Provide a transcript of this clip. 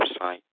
website